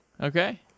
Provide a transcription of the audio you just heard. Okay